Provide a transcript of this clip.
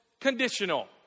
conditional